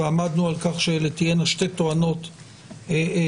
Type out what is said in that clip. ועמדנו על כך שתהיינה שתי טוענות רבניות,